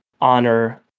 honor